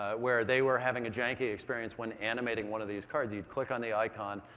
ah where they were having a janky experience when animating one of these cards. you'd click on the icon,